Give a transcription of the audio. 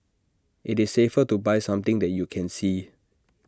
IT is safer to buy something that you can see